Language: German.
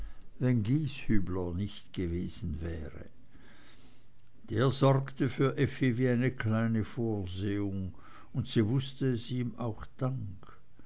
wenn gieshübler nicht gewesen wäre der sorgte für effi wie eine kleine vorsehung und sie wußte es ihm auch dank